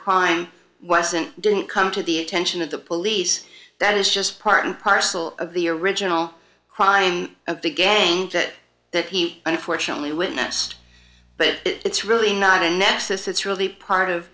crime wasn't didn't come to the attention of the police that is just part and parcel of the original crime again that that he unfortunately witnessed but it's really not a nexus it's really part of